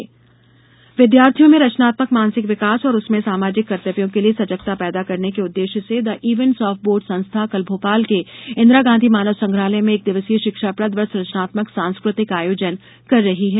एक दिवसीय आयोजन विद्यार्थियों में रचनात्मक मानसिक विकास और उनमें सामाजिक कर्तव्यों के लिये सजगता पैदा करने के उद्देश्य से द इवेंट्स ऑफ बोट संस्था कल भोपाल के इंदिरा गांधी मानव संग्रहालय में एक दिवसीय शिक्षाप्रद व सुजनात्मक सांस्कृतिक आयोजन कर रही है